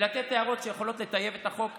ולתת הערות שיכולות לטייב את החוק,